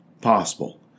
possible